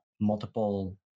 multiple